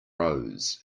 rose